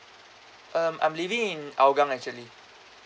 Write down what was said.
um I'm living in hougang actually